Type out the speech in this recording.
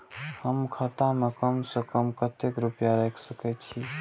हम खाता में कम से कम कतेक रुपया रख सके छिए?